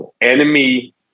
enemy